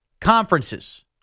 conferences